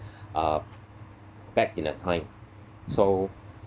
uh back in a time so